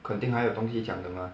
肯定还有东西讲的 mah